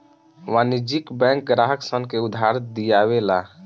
वाणिज्यिक बैंक ग्राहक सन के उधार दियावे ला